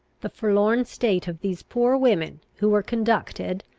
the forlorn state of these poor women, who were conducted,